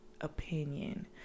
opinion